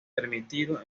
permitido